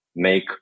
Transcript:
make